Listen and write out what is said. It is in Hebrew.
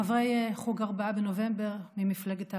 חברי חוג 4 בנובמבר ממפלגת העבודה,